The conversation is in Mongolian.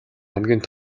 хамгийн